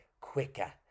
quicker